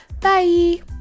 Bye